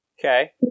Okay